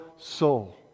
Soul